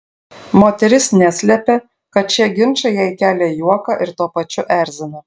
moteris neslepia kad šie ginčai jai kelia juoką ir tuo pačiu erzina